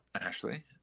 Ashley